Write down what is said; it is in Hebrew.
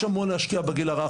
יש המון להשקיע בגיל הרך,